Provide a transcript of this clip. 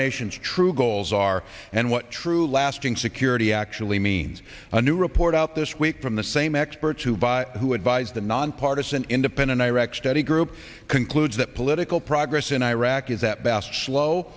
nation's true goals are and what true lasting security actually means a new report out this week from the same experts who by who advised the nonpartisan independent iraq study group concludes that political progress in iraq is that best slow